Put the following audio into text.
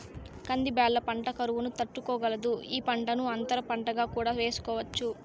కంది బ్యాళ్ళ పంట కరువును తట్టుకోగలదు, ఈ పంటను అంతర పంటగా కూడా వేసుకోవచ్చు